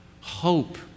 hope